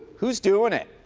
who's doin' it?